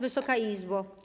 Wysoka Izbo!